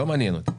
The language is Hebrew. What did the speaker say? זה לא מעניין אותי.